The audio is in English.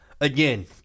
again